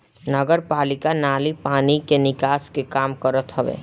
नगरपालिका नाली पानी कअ निकास के काम करत हवे